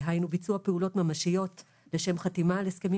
דהיינו: ביצוע פעולות ממשיות לשם חתימה על הסכמים